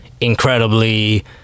incredibly